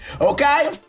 okay